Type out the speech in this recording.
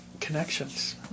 connections